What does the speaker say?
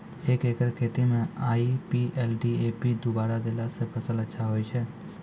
एक एकरऽ खेती मे आई.पी.एल डी.ए.पी दु बोरा देला से फ़सल अच्छा होय छै?